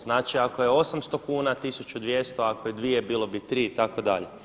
Znači, ako je 800 kuna – 1200, ako je 2 bilo bi 3, itd.